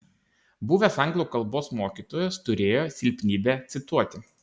buvęs anglų kalbos mokytojas turėjo silpnybę cituoti